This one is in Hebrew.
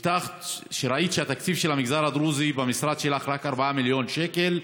כשראית שהתקציב של המגזר הדרוזי במשרד שלך רק 4 מיליון שקל,